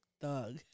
thug